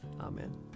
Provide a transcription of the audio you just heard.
Amen